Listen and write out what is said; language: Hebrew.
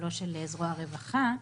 לא של זרוע הרווחה.